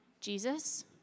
Jesus